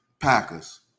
Packers